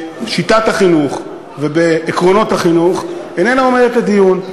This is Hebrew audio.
בשיטת החינוך ובעקרונות החינוך איננה עומדת לדיון.